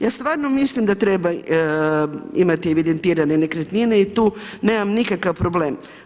Ja stvarno mislim da treba imati evidentirane nekretnine i tu nemam nikakva problem.